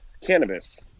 cannabis